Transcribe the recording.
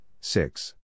six